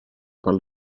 parle